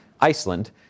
Iceland